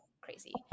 crazy